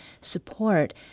support